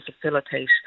facilitate